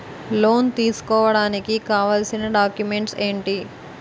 Loan తీసుకోడానికి కావాల్సిన documents ఎంటి?